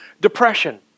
depression